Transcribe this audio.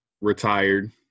retired